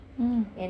mm